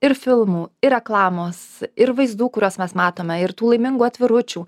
ir filmų ir reklamos ir vaizdų kuriuos mes matome ir tų laimingų atviručių